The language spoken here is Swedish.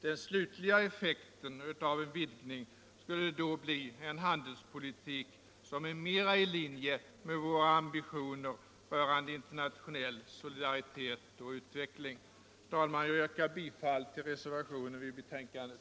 Den slutliga effekten av en vidgning skulle då bli en handelspolitik som är mera i linje med våra ambitioner rörande internationell solidaritet och utveckling. Herr talman! Jag yrkar bifall till reservationen vid betänkandet.